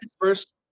First